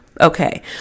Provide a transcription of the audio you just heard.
Okay